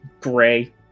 gray